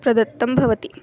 प्रदत्तं भवति